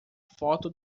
foto